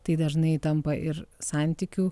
tai dažnai tampa ir santykių